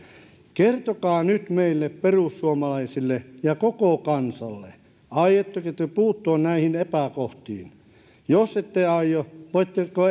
kertokaa nyt meille perussuomalaisille ja koko kansalle aiotteko te puuttua näihin epäkohtiin jos ette aio voitteko